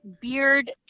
beard